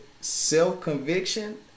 Self-conviction